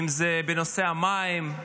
אם זה בנושא המים,